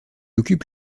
occupe